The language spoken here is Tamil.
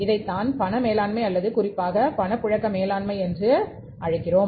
இதை தான் பண மேலாண்மை அல்லது குறிப்பாக பணப்புழக்க மேலாண்மை என்று அழைக்கிறோம்